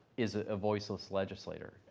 is a voiceless legislator.